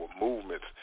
movements